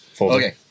Okay